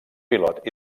pilot